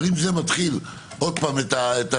אבל אם זה מתחיל עוד פעם את התהליך,